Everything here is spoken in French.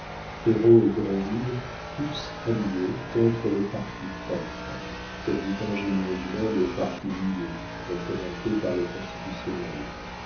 et graville tous alliés contre le parti prêtre comme dit ingénieusement le parti niais représenté par le constitutionnel